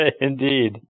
Indeed